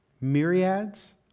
myriads